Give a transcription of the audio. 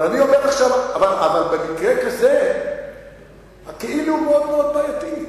אבל אני אומר עכשיו: אבל במקרה כזה ה"כאילו" הוא מאוד מאוד בעייתי.